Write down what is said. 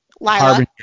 Lila